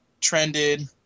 trended